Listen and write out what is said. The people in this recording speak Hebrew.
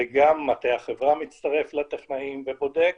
גם מטה החברה מצטרף לטכנאים ובודק.